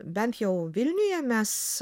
bent jau vilniuje mes